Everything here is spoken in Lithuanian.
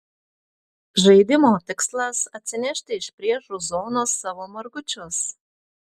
žaidimo tikslas atsinešti iš priešų zonos savo margučius